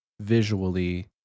visually